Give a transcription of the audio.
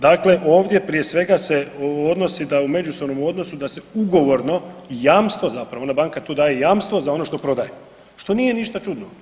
Dakle, ovdje prije svega se odnosi o međusobnom odnosu da se ugovorno jamstvo, zapravo banka tu daje jamstvo za ono što prodaje što nije ništa čudno.